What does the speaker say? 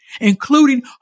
including